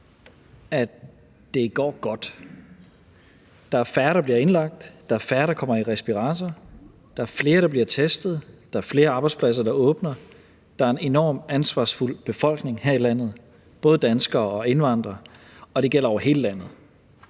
at det går godt. Der er færre, der bliver indlagt. Der er færre, der kommer i respirator. Der er flere, der bliver testet. Der er flere arbejdspladser, der åbner. Der er en enormt ansvarsfuld befolkning her i landet, både danskere og indvandrere, og det gælder over hele landet.